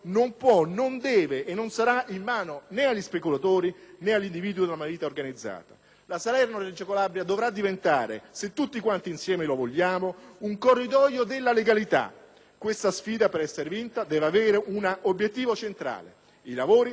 La Salerno-Reggio Calabria dovrà diventare - se tutti insieme lo vogliamo - un corridoio della legalità. Questa sfida, per essere vinta, deve avere un obiettivo centrale: i lavori devono essere fatti nei tempi, nei luoghi e con i costi convenuti dagli atti contrattuali.